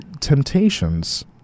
temptations